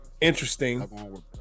Interesting